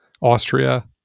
Austria